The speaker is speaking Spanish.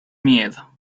miedo